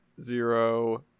zero